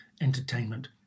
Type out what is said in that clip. entertainment